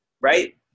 Right